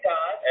God